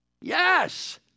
Yes